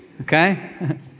okay